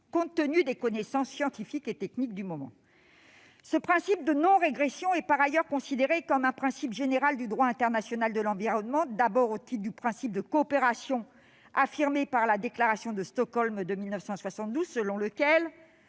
compte tenu des connaissances scientifiques et techniques du moment. Ce principe de non-régression est par ailleurs considéré comme un principe général du droit international de l'environnement. D'abord, au titre du principe de coopération affirmé par la déclaration de Stockholm de 1972, selon lequel